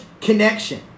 connection